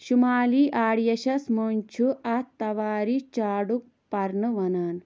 شُمٲلی آڈیشس منٛز چھِ اَتھ تواری چاڑُک پرنہٕ ونان